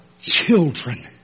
children